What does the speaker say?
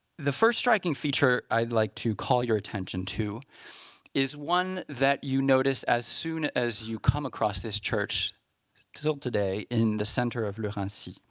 the first striking feature i'd like to call your attention to is one that you notice as soon as you come across this church still today in the center of le raincy.